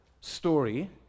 story